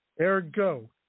Ergo